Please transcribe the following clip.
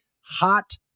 hot